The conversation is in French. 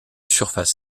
surface